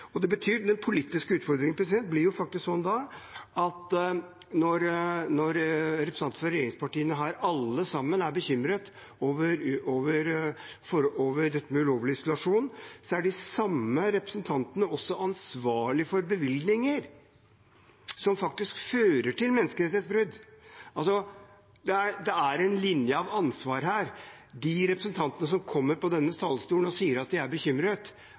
blir da faktisk en politisk utfordring når de representantene fra regjeringspartiene, alle sammen, som er bekymret over det med ulovlig isolasjon, er de samme representantene som er ansvarlige for bevilgninger som fører til menneskerettighetsbrudd. Det er en linje av ansvar her – de representantene som kommer på denne talerstolen og sier at de er bekymret